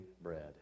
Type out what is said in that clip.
bread